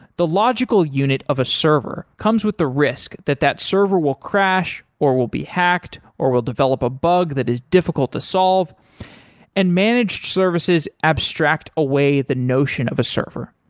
the logical unit of a server comes with the risk that that server will crash or will be hacked or will develop a bug that is difficult to solve and managed services abstract away the notion of a server.